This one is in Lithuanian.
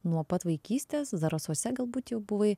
nuo pat vaikystės zarasuose galbūt jau buvai